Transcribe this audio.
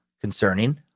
concerning